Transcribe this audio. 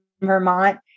Vermont